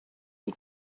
you